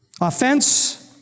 offense